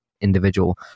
individual